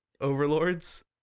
overlords